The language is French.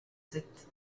sept